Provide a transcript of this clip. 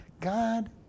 God